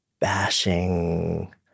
bashing